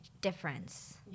difference